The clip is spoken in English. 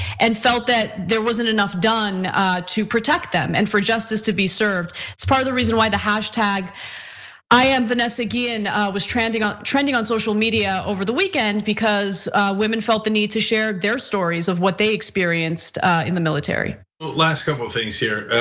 and felt that there wasn't enough done to protect them. and for justice to be served, is part of the reason why the hashtag i am vanessa guillen was trending on trending on social media over the weekend. because women felt the need to share their stories of what they experienced in the military. last couple of things here.